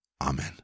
Amen